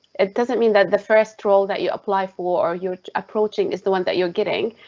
it doesn't mean that the first role that you apply for your approaching is the one that you're getting,